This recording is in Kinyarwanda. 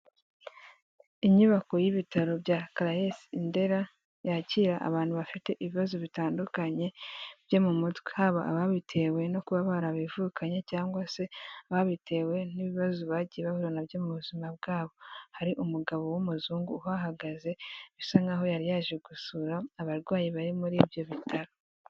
Inyubako y'ibitaro bya karayesi indera yakira abantu bafite ibibazo bitandukanye byo mu mutwe, haba ababitewe no kuba barabivukanye cyangwa se babitewe n'ibibazo bagiye bahura nabyo mu buzima bwabo, hari umugabo w'umuzungu uhagaze bisa nk'aho yari yaje gusura abarwayi bari muri ibyo bitaro.